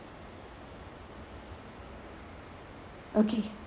okay